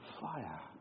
fire